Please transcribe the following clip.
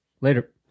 Later